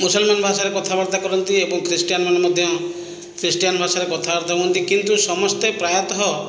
ମୁସଲମାନ୍ ଭାଷାରେ କଥାବାର୍ତ୍ତା କରନ୍ତି ଏବଂ ଖ୍ରୀଷ୍ଟିୟାନ୍ ମାନେ ମଧ୍ୟ ଖ୍ରୀଷ୍ଟିୟାନ୍ ଭାଷାରେ କଥାବାର୍ତ୍ତା ହୁଅନ୍ତି କିନ୍ତୁ ସମସ୍ତେ ପ୍ରାୟତଃ